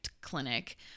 clinic